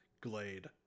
glade